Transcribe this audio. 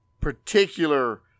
particular